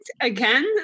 again